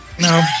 No